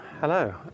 Hello